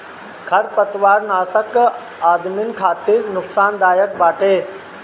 खरपतवारनाशक भी आदमिन खातिर नुकसानदायक बाटे